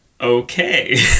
Okay